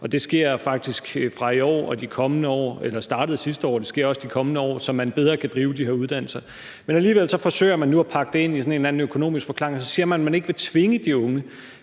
vi jo øger taxametertaksten, og det startede sidste år, og det sker også de kommende år, så man bedre kan drive de her uddannelser. Alligevel forsøger man nu at pakke det ind i sådan en eller anden økonomisk forklaring, og så siger man, at man ikke vil tvinge de unge.